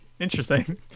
Interesting